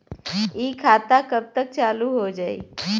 इ खाता कब तक चालू हो जाई?